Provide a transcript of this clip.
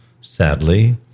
sadly